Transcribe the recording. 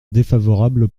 défavorable